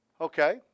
Okay